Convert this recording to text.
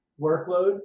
workload